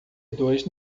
dois